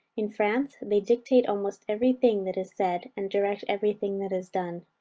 in france, they dictate almost every thing that is said, and direct every thing that is done.